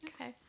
Okay